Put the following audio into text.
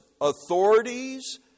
authorities